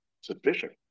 sufficient